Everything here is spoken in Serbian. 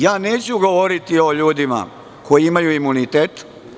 Ja neću govoriti o ljudima koji imaju imunitet.